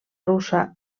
russa